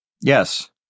Yes